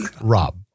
Rob